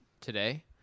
today